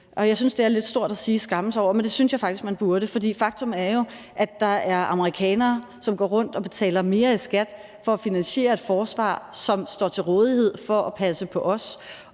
jeg synes, det er lidt stort at sige skamme sig, men det synes jeg faktisk at man burde – for faktum er jo, at der er amerikanere, som går rundt og betaler mere i skat for at finansiere et forsvar, som står til rådighed for at passe på os